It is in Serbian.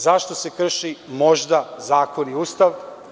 Zašto se krši možda zakon i Ustav?